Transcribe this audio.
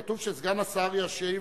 כתוב שסגן השר ישיב,